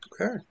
Okay